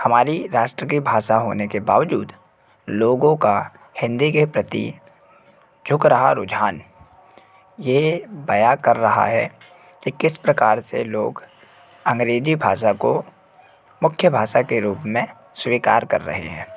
हमारी राष्ट्र की भाषा होने के बावजूद लोगों का हिन्दी के प्रति झुक रहा रुझान ये बयां कर रहा है कि किस प्रकार से लोग अंग्रेजी भाषा को मुख्य भाषा के रूप में स्वीकार कर रहे हैं